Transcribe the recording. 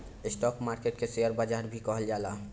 stock market के share बाजार भी कहल जाला